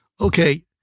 Okay